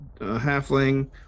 Halfling